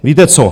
Víte co?